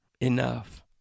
enough